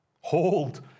Hold